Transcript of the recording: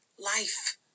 Life